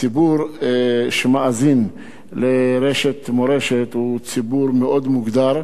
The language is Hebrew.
הציבור שמאזין לרשת "מורשת" הוא ציבור מאוד מוגדר,